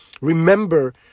Remember